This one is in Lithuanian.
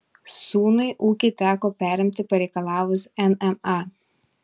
sūnui ūkį teko perimti pareikalavus nma